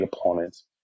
opponents